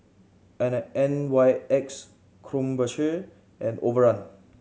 N N Y X Krombacher and Overrun